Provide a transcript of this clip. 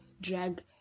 drag